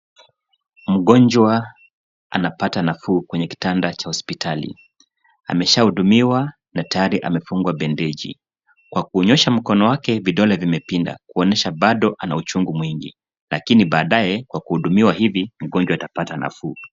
Mgonjwa anapata nafuu kwenye kitanda cha hospitali ,ameshahudumiwa na tayari amefungwa bandeji kwa kunyoosha mkono wake vidole vimepinda kuonyesha bado ana uchungu mingi lakini baadaye kwa kuhudumiwa hivi mgonjwa atapata nafuu.